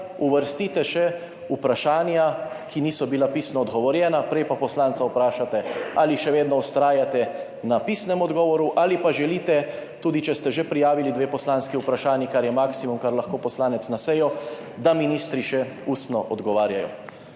uvrstite še vprašanja, ki niso bila pisno odgovorjena, prej pa poslanca vprašate, ali še vedno vztrajate na pisnem odgovoru ali pa želite, tudi če ste že prijavili dve poslanski vprašanji, kar je maksimum, kar lahko poslanec na sejo, da ministri še ustno odgovarjajo.